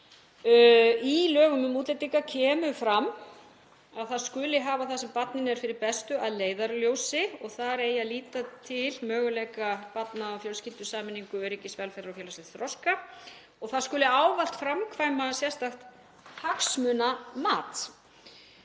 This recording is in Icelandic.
Í lögum um útlendinga kemur fram að það skuli hafa það sem barninu er fyrir bestu að leiðarljósi og þar eigi að líta til möguleika barna að á fjölskyldusameiningu, öryggis, velferðar og félagslegs þroska og það skuli ávallt framkvæma sérstakt hagsmunamat.